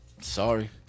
sorry